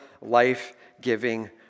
life-giving